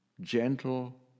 gentle